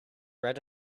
red